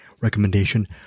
recommendation